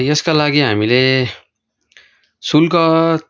यसका लागि हामीले शुल्क